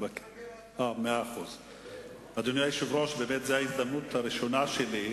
לא לייחס הגזמות לחבר הכנסת שי.